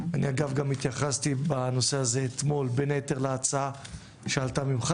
אני אגב גם התייחסתי בנושא הזה אתמול בין היתר להצעה שעלתה ממך